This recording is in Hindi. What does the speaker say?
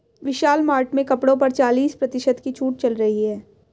विशाल मार्ट में कपड़ों पर चालीस प्रतिशत की छूट चल रही है